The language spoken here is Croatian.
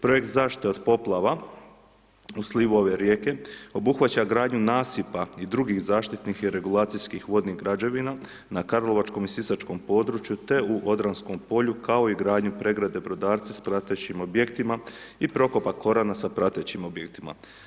Projekt zaštite od poplava u slivu ove rijeke obuhvaća gradnju nasipa i drugih zaštitnih i regulacijskih vodnih građevina na karlovačkom i sisačkom području te u Odranskom polju kao i gradnju pregrade Brodarci s pratećim objektima i prokopa Korana sa pratećim objektima.